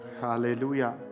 hallelujah